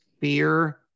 fear